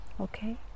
Okay